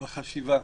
בחשיבה,